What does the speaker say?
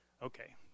Okay